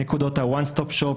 נקודות ה-One Stop Shop,